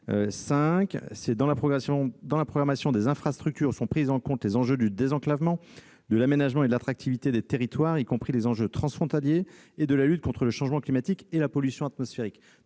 dans « la programmation des infrastructures, sont pris en compte les enjeux du désenclavement, de l'aménagement et de l'attractivité des territoires, y compris les enjeux transfrontaliers, et de la lutte contre le changement climatique et la pollution atmosphérique